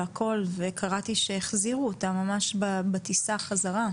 קראתי שהחזירו אותם ממש בטיסה חזרה.